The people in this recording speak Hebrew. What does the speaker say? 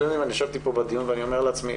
אני ישבתי פה בדיון ואני אומר לעצמי,